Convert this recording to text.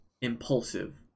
impulsive